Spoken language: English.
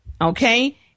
okay